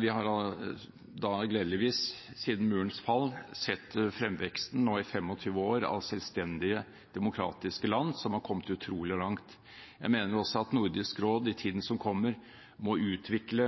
Vi har gledeligvis siden murens fall sett fremveksten nå i 25 år av selvstendige demokratiske land som har kommet utrolig langt. Jeg mener også at Nordisk råd i tiden som kommer, må utvikle